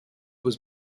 was